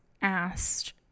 asked